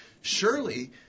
surely